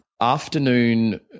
afternoon